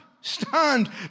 stunned